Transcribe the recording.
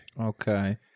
Okay